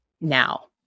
now